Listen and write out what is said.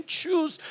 choose